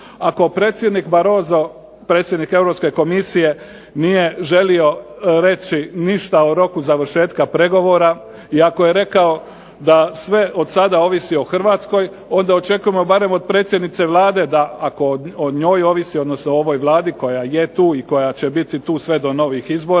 Ako predsjednik Barrosso, predsjednik Europske komisije nije želio reći ništa o roku završetka pregovora i ako je rekao da sve odsada ovisi o Hrvatskoj onda očekujmo barem od predsjednice Vlade da ako o njoj ovisi, odnosno o ovoj Vladi koja je tu i koja će biti tu sve do novih izbora,